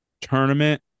tournament